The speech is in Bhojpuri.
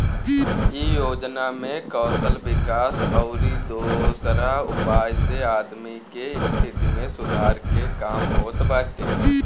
इ योजना में कौशल विकास अउरी दोसरा उपाय से आदमी के स्थिति में सुधार के काम होत बाटे